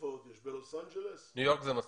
ניו יורק, זה מספיק.